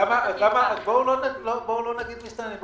אז בואו לא נגיד מסתננים.